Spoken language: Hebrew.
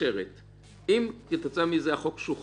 ולהגיד שאם הרשויות המקומיות יגידו שזה